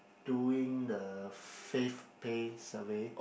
doing the FavePay survey